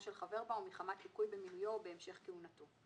של חבר בה או מחמת ליקוי במינויו או בהמשך כהונתו."